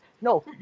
No